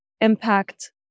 impact